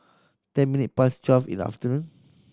ten minute past twelve in the afternoon